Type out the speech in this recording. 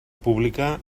pública